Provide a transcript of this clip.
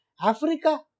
Africa